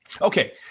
Okay